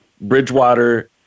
Bridgewater